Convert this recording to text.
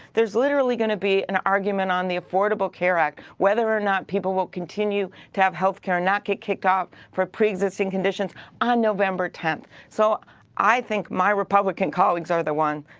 theres literally going to be an argument on the affordable care act whether or not people will continue to have healthcare and not get kicked out for pre-existing conditions on november tenth. so i think my republican colleagues are the ones,